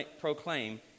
proclaim